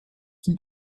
qui